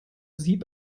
sieb